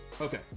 Okay